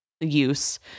use